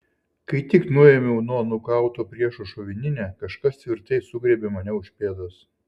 kai tik nuėmiau nuo nukauto priešo šovininę kažkas tvirtai sugriebė mane už pėdos